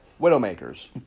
Widowmakers